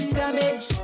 damage